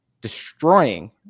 destroying